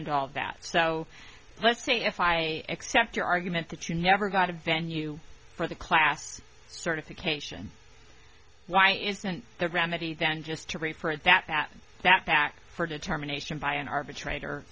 into all that so let's say if i accept your argument that you never got a venue for the class certification why isn't the remedy then just to refer that that that back for a determination by an arbitrator